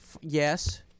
yes